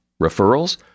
Referrals